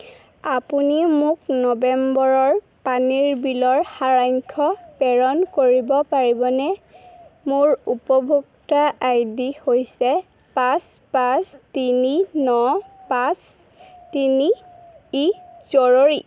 আপুনি মোক নৱেম্বৰৰ পানীৰ বিলৰ সাৰাংশ প্ৰেৰণ কৰিব পাৰিবনে মোৰ উপভোক্তা আইডি হৈছে পাঁচ পাঁচ তিনি ন পাঁচ তিনি ই জৰুৰী